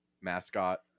mascot